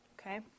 okay